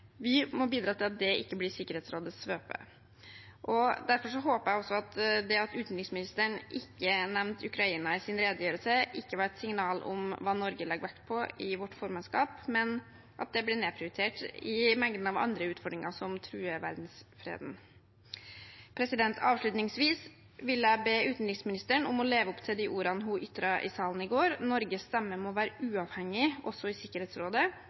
ikke blir Sikkerhetsrådets svøpe. Derfor håper jeg at det at utenriksministeren ikke nevnte Ukraina i sin redegjørelse, ikke var et signal om hva Norge legger vekt på i sitt formannskap, og at det blir nedprioritert i mengden av andre utfordringer som truer verdensfreden. Avslutningsvis vil jeg be utenriksministeren om å leve opp til de ordene hun ytret i salen i går, om at Norges stemme må være uavhengig, også i Sikkerhetsrådet,